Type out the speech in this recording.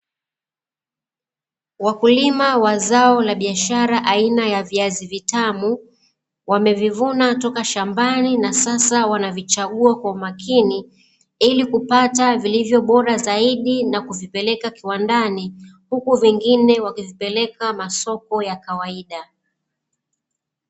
Wakulima wa zao la biashara aina ya viazi vitamu, wamevivuna toka shambani na sasa wanavichagua kwa umakini ili kupata vilivyo bora zaidi na kupeleka kiwandani, huku vingine wakivipeleka masoko ya kawaida.